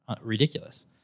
ridiculous